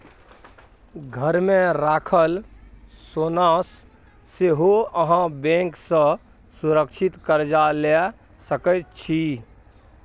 घरमे राखल सोनासँ सेहो अहाँ बैंक सँ सुरक्षित कर्जा लए सकैत छी